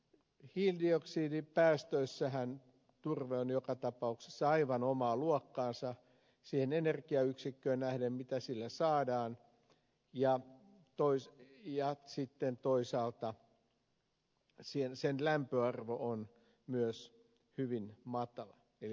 hiilidioksidipäästöissähän turve on joka tapauksessa aivan omaa luokkaansa siihen energiayksikköön nähden mitä sillä saadaan ja toisaalta sen lämpöarvo on myös hyvin matala